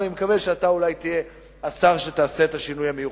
ואני מקווה שאתה אולי תהיה השר שיעשה את השינוי המיוחל.